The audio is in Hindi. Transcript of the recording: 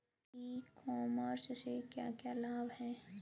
ई कॉमर्स से क्या क्या लाभ हैं?